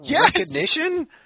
recognition